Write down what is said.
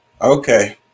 Okay